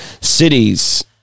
cities